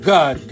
God